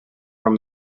from